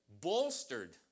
bolstered